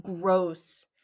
gross